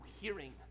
hearing